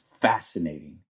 fascinating